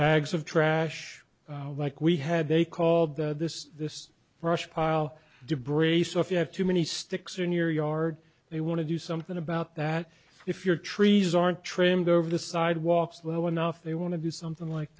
bags of trash like we had they called this this brush pile debris so if you have too many sticks in your yard they want to do something about that if your trees aren't trimmed over the sidewalks well enough they want to do something like